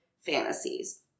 fantasies